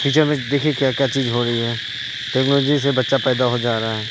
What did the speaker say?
future میں دیکھیے کیا کیا چیز ہو رہی ہے ٹیکنالوجی سے بچہ پیدا ہو جا رہا ہے